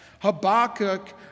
Habakkuk